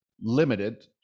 limited